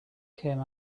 came